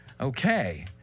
Okay